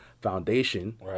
foundation